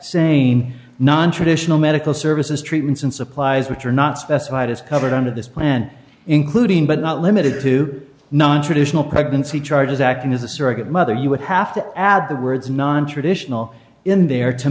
saying nontraditional medical services treatments and supplies which are not specified as covered under this plan including but not limited to nontraditional pregnancy charges acting as a surrogate mother you would have to add the words nontraditional in there to